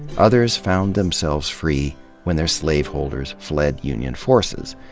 others found themselves free when their slaveholders fled union forces.